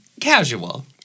Casual